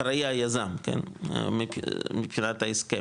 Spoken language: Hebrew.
אחראי היזם, כן, מבחינת ההסכם.